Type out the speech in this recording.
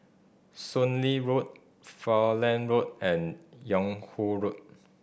Soon Lee Road Falkland Road and Yung Ho Road